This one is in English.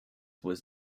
was